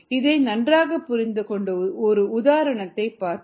இதை நன்றாக புரிந்துகொள்ள ஒரு உதாரணத்தைப் பார்ப்போம்